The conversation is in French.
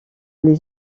les